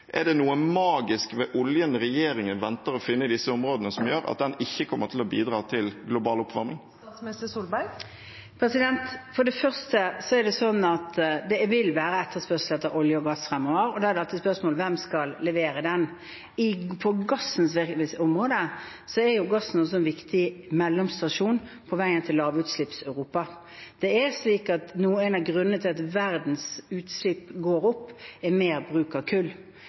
Er det noe magisk ved oljen regjeringen venter å finne i disse områdene som gjør at den ikke kommer til å bidra til global oppvarming? For det første er det sånn at det vil være etterspørsel etter olje og gass fremover, og da er det alltid et spørsmål: Hvem skal levere den? Når det gjelder gass, er jo den en viktig mellomstasjon på veien til Lavutslipps-Europa. En av grunnene til at verdens utslipp går opp, er mer bruk av kull.